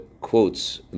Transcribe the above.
quotes